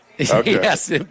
Yes